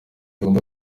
ugomba